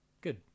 good